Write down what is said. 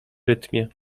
rytmie